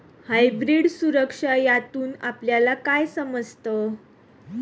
Hybrid सुरक्षा यातून आपल्याला काय समजतं?